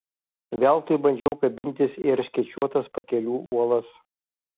veltui bandžiau kabintis į erškėčiuotas pakelių uolas